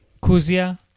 Kuzia